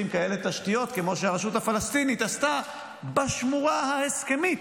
כאלה תשתיות כמו שהרשות הפלסטינית עשתה בשמורה ההסכמית,